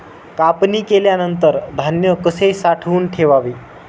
कापणी केल्यानंतर धान्य कसे साठवून ठेवावे?